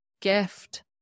gift